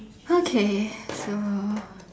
okay so